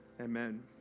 Amen